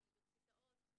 באוניברסיטאות,